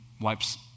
wipes